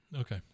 Okay